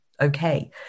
okay